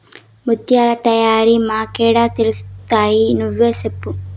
ముత్యాల తయారీ మాకేడ తెలుస్తయి నువ్వే సెప్పు